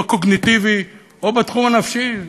או בתחום הקוגניטיבי או בתחום הנפשי,